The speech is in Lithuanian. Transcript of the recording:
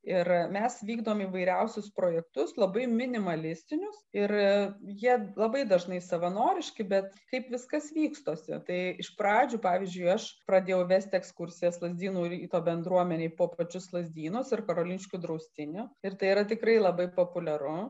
ir mes vykdom įvairiausius projektus labai minimalistinius ir jie labai dažnai savanoriški bet kaip viskas vystosi tai iš pradžių pavyzdžiui aš pradėjau vesti ekskursijas lazdynų ryto bendruomenei po pačius lazdynus ir karoliniškių draustinį ir tai yra tikrai labai populiaru